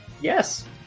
Yes